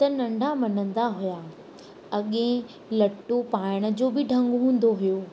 त नंढा मञींदा हुआ अॻिए लटो पाइण जो बि ढंग हूंदो हुओ